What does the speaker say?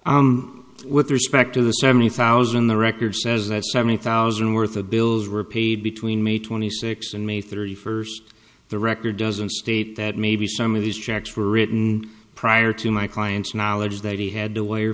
question with respect to the seventy thousand the record says that seventy thousand worth of bills were paid between may twenty sixth and may thirty first the record doesn't state that maybe some of these checks were written prior to my client's knowledge that he had t